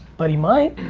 but he might.